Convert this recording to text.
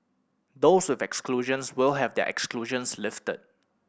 those with exclusions will have their exclusions lifted